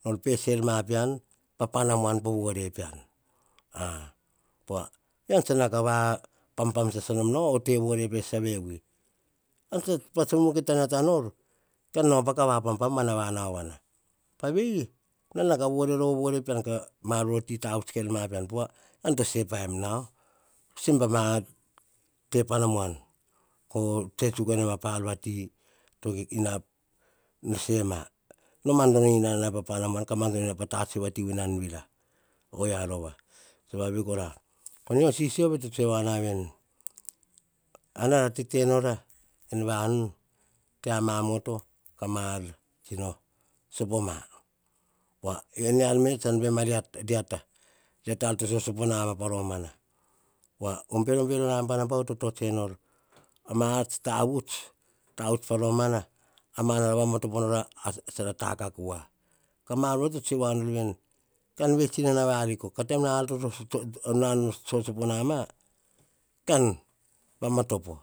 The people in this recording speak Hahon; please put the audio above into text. tsan se me nor ma pian pa pana muan po vore pean. Ah po wa yian tsa na ka pam pam sa sa nom nau, oh te vore sasa pe vi ka na ka vore, vore pean, ka mar voti tavuts ka ma pean. Po wa e yian to se paim nau simba ma te pana muan, ko tsue tsuk ma ar vati to ina se ma. No mandono ina na pana muan ka mandono ina na pa ta tsue vati nan vira. O yia rova, so va ve yi kora mio sisio to tsue wa veni. Ar nara tete nora en vanu te a ma moto ka mar tsi nor sopo ma mia ar veri tsan baim ma riata, reats ar to so sopo ma pa romana, wa or bero bero namba na bau to to tsue nor, mar tsa tavuts tavuts pa romana. Mar tsa ra ma topo nora ar tsu ra takaka wa. Ka mar veri to tsue wa nora veni, kan vets ina na variko ka taim ar to so sopo nama, kan mamatopo